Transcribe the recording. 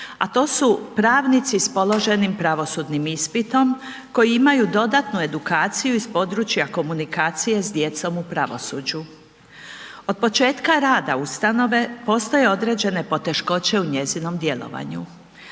a to su pravnici s položenim pravosudnim ispitom koji imaju dodatnu edukaciju iz područja komunikacije s djecom u pravosuđu. Od početka rada ustanove postoje određene poteškoće u njezinom djelovanju.